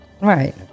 right